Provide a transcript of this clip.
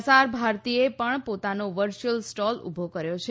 પ્રસાર ભારતી એ પણ પોતાનો વરર્યુઅલ સ્ટોલ ઉભો કર્યો છે